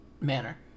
manner